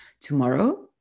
tomorrow